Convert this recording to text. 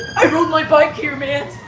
i rode my bike here man.